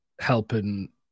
helping